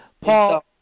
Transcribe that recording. Paul